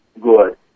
good